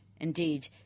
Indeed